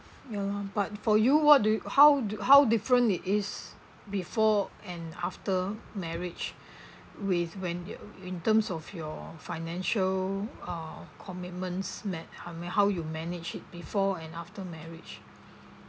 ya lor but for you what do you how do how different it is before and after marriage with when you in terms of your financial uh commitments ma~ I mean how you manage it before and after marriage